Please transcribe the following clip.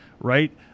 right